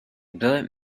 bleu